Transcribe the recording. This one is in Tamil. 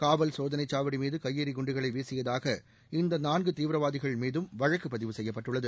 காவல் சோதனைச் சாவடிமீது கைபெறி குண்டுகளை வீசியதாக இந்த நான்கு தீவிரவாதிகள்மீதும் வழக்குப் பதிவு செய்யப்பட்டுள்ளது